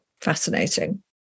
fascinating